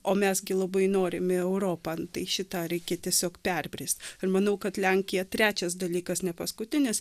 o mes gi labai norim į europą nu tai šitą reikia tiesiog perbrist ir manau kad lenkija trečias dalykas nepaskutinis